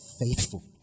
faithful